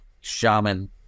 shaman